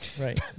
Right